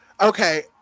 okay